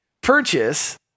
purchase